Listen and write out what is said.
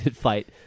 fight